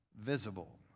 visible